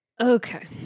Okay